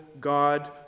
God